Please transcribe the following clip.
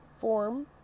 form